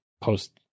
post